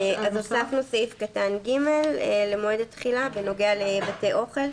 אז הוספנו סעיף קטן (ג) למועד התחילה בנוגע לבתי אוכל.